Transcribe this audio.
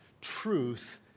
truth